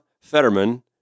Fetterman